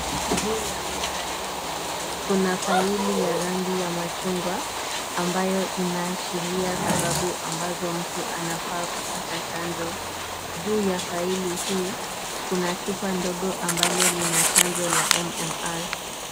Juu ya meza hii, kuna faili ya rangi ya machungwa, ambayo inaashiria sababu ambazo mtu anafaa kupata chanjo. Juu ya faili hii kuna chupa ndogo ambalo lina chanjo la [ s]MMR .